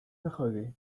بخوابی